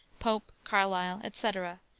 pope, carlyle, etc,